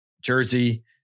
Jersey